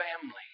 family